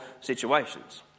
situations